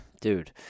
Dude